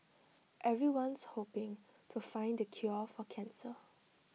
everyone's hoping to find the cure for cancer